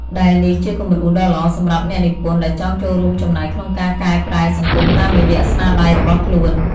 ដែលនេះជាគំរូដ៏ល្អសម្រាប់អ្នកនិពន្ធដែលចង់ចូលរួមចំណែកក្នុងការកែប្រែសង្គមតាមរយៈស្នាដៃរបស់ខ្លួន។